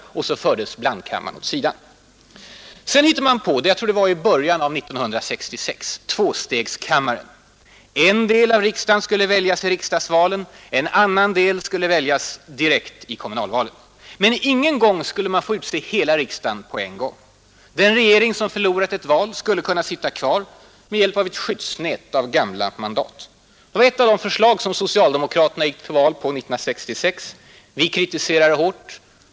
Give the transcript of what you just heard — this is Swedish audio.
Och så fördes blandkammaren åt sidan. Sedan hittade man på — jag tror det var i början av 1966 — tvåstegskammaren. En del av riksdagen skulle väljas i riksdagsvalen, en annan del skulle väljas direkt i kommunalvalen. Men ingen gång skulle man få utse hela riksdagen samtidigt. Den regering som förlorade ett val skulle kunna sitta kvar med hjälp av ett skyddsnät av gamla mandat. Det var ett av de förslag som socialdemokraterna gick till val på 1966. Vi kritiserade det hårt.